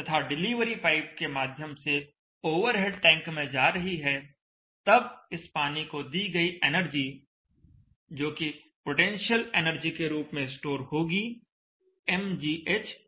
तथा delivery pipe के माध्यम से ओवरहेड टैंक में जा रही है तब इस पानी को दी गई एनर्जी जोकि पोटेंशियल एनर्जी के रूप में स्टोर होगी mgh होगी